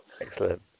excellent